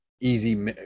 easy